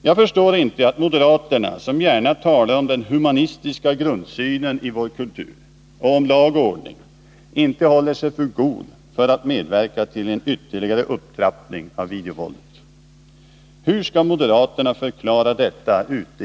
Jag förstår inte att moderaterna, som gärna talar om den humanistiska grundsynen i vår kultur samt om lag och ordning, inte håller sig för goda för att medverka till en ytterligare upptrappning av videovåldet.